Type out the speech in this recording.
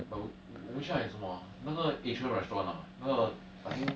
but 我们去那里做么啊那个 atrium restaurant ah 那个 I think